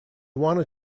wanted